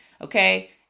okay